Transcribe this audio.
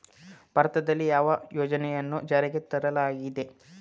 ಭಾರತದಲ್ಲಿ ಯಾವ ಯೋಜನೆಗಳನ್ನು ಜಾರಿಗೆ ತರಲಾಗಿದೆ?